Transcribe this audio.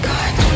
God